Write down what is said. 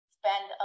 spend